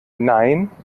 nein